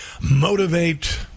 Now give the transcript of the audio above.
motivate